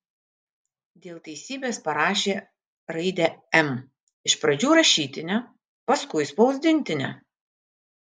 dėl teisybės parašė raidę m iš pradžių rašytinę paskui spausdintinę